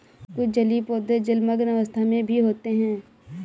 कुछ जलीय पौधे जलमग्न अवस्था में भी होते हैं